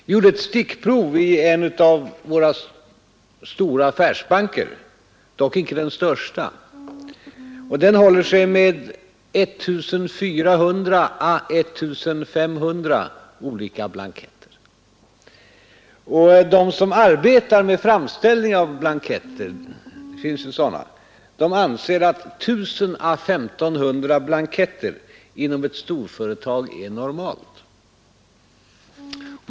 Vi gjorde ett stickprov i en av våra stora affärsbanker — dock inte den största — och fann att den håller sig med 1 400 å 1 500 olika blanketter. De som arbetar med framställning av blanketter — det finns ju sådana — anser att 1 000 å 1 500 blanketter inom ett storföretag är normalt.